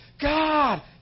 God